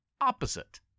opposite